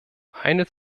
eine